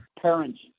Parents